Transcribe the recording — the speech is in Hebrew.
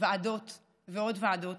ועדות ועוד ועדות,